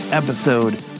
Episode